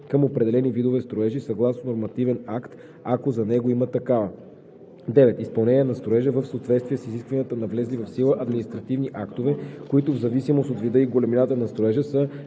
към определени видове строежи съгласно нормативен акт, ако за него има такива; 9. изпълнение на строежа в съответствие с изискванията на влезли в сила административни актове, които в зависимост от вида и големината на строежа са